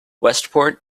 westport